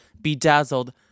bedazzled